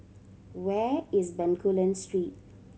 where is Bencoolen Street